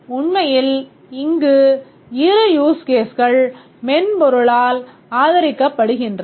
உண்மையில் இங்கு இரு யூஸ் கேஸ்கள் மென்பொருளால் ஆதரிக்கப் படுகின்றன